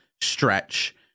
stretch